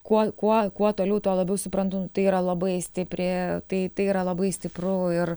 kuo kuo kuo toliau tuo labiau suprantu nu tai yra labai stipri tai tai yra labai stipru ir